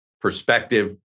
perspective